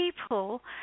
people